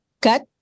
cut